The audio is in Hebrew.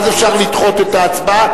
אז אפשר לדחות את ההצבעה,